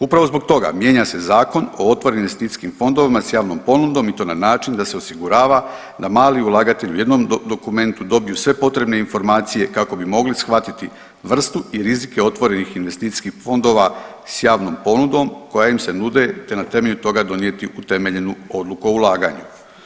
Upravo zbog toga mijenja se Zakon o otvorenim investicijskim fondovima s javnom ponudom i to na način da se osigurava da mali ulagatelji u jednom dokumentu dobiju sve potrebne informacije kako bi mogli shvatiti vrstu i rizike otvorenih investicijskih fondova s javnom ponudom koja im se nude te na temelju toga donijeti utemeljenu odluku o ulaganju.